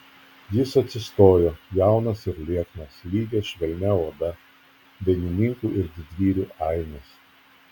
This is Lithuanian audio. jis atsistojo jaunas ir lieknas lygia švelnia oda dainininkų ir didvyrių ainis